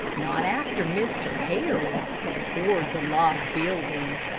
not after mr. harry, but toward the log building.